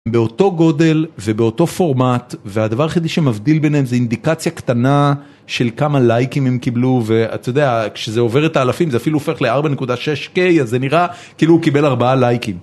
באותו גודל ובאותו פורמט והדבר היחידי שמבדיל ביניהם זה אינדיקציה קטנה של כמה לייקים הם קיבלו ואתה יודע כשזה עובר את האלפים זה אפילו הופך ל-4.6 קיי אז זה נראה כאילו הוא קיבל 4 לייקים.